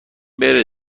بره